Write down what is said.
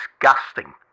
disgusting